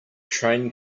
train